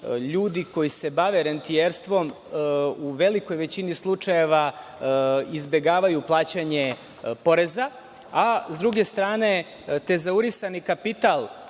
ljudi koji se bave rentijerstvom u velikoj većini slučajeva izbegavaju plaćanje poreza.S druge strane tezaurisani kapital